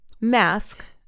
mask